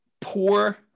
Poor